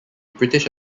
british